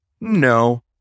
No